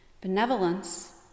Benevolence